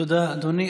תודה, אדוני.